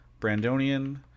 brandonian